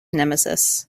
nemesis